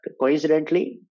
coincidentally